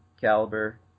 caliber